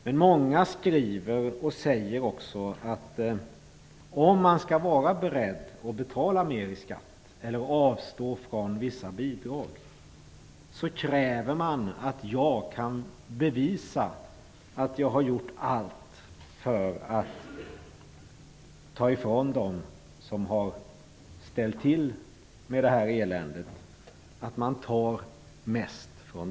Men många skriver, och säger, att för att vara beredd att betala mer i skatt eller avstå från vissa bidrag krävs det att jag kan bevisa att jag har gjort allt för att ta mest från dem som har ställt till eländet.